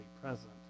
present